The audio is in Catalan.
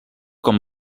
com